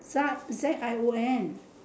Za Z I O N